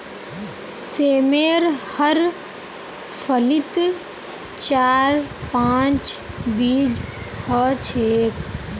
सेमेर हर फलीत चार पांच बीज ह छेक